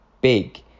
big